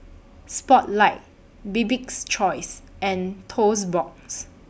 Spotlight Bibik's Choice and Toast Box